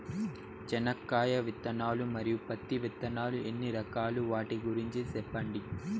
చెనక్కాయ విత్తనాలు, మరియు పత్తి విత్తనాలు ఎన్ని రకాలు వాటి గురించి సెప్పండి?